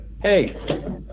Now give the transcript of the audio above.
hey